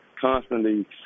constantly